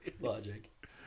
logic